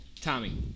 Tommy